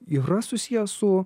yra susiję su